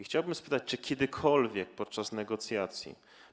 Chciałbym spytać, czy kiedykolwiek podczas negocjacji.